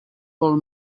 vol